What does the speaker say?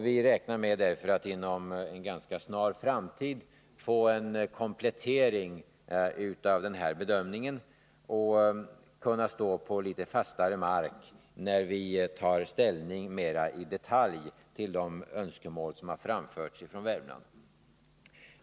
Vi räknar därför med att inom en ganska snar framtid få en komplettering av denna bedömning — och kunna stå på litet fastare mark när vi tar ställning mer i detalj till de önskemål som har framförts från Värmland.